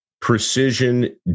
precision